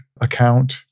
account